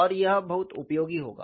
और यह बहुत उपयोगी होगा